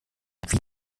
wie